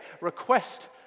request